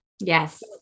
Yes